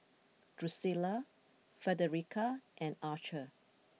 Drucilla Frederica and Archer